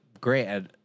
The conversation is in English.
great